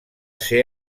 ser